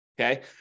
Okay